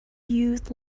youth